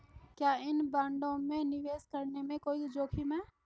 क्या इन बॉन्डों में निवेश करने में कोई जोखिम है?